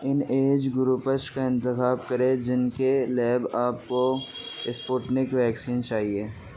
ان age groups کا انتخاب کرے جن کے لیب آپ کو اسپوٹنک ویکسین چاہیے